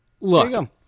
Look